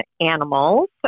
animals